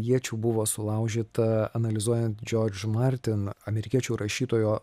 iečių buvo sulaužyta analizuojant džordž martin amerikiečių rašytojo